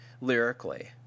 lyrically